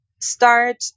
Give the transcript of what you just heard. start